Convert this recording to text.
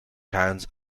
towns